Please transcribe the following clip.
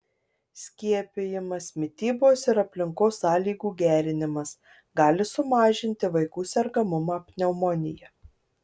skiepijimas mitybos ir aplinkos sąlygų gerinimas gali sumažinti vaikų sergamumą pneumonija